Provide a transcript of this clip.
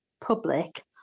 public